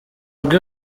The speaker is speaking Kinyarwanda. bwe